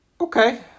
Okay